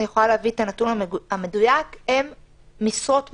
אני יכולה להביא את הנתון המדויק הם משרות מיועדות.